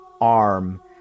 arm